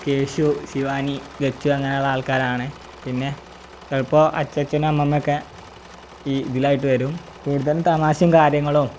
കേശു ശിവാനി ലച്ചു അങ്ങനെയുള്ള ആൾക്കാരാണ് പിന്നെ ചിലപ്പോൾ അച്ചച്ചനും അമ്മമ്മയൊക്കെ ഈ ഇതിലായിട്ട് വരും കൂടുതൽ തമാശയും കാര്യങ്ങളും